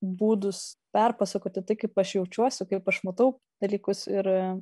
būdus perpasakoti tai kaip aš jaučiuosi kaip aš matau dalykus ir